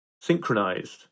synchronized